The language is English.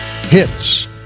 hits